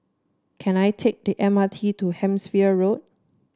can I take the M R T to Hampshire Road